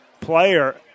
player